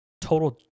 total